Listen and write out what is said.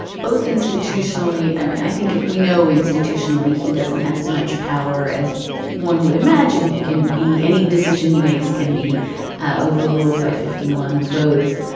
both institutionally. i think we know institutionally he doesn't have as much power as one would imagine. he can be any decision he makes can be ah overruled by fifty one votes.